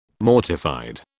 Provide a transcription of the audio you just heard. Mortified